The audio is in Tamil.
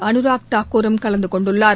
அனுராக் தாக்கூர் கலந்து கொண்டுள்ளார்